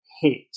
hit